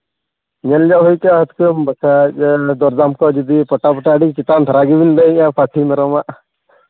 ᱧᱮᱞ ᱧᱚᱜ ᱦᱩᱭ ᱠᱚᱜᱼᱟ ᱦᱩᱛᱠᱟᱹᱢ ᱵᱟᱠᱷᱟᱡ ᱫᱚᱨᱫᱟᱢ ᱠᱚ ᱡᱩᱫᱤ ᱯᱚᱴᱟᱯᱚᱴᱤ ᱟᱹᱰᱤ ᱪᱮᱛᱟᱱ ᱫᱷᱟᱨᱟ ᱜᱮᱵᱤᱱ ᱞᱟᱹᱭᱮᱫᱼᱟ ᱯᱟᱹᱴᱷᱤ ᱢᱮᱨᱚᱢᱟᱜ